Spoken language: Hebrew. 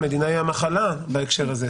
המדינה היא המחלה בהקשר הזה,